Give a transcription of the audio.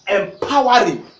empowering